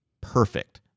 perfect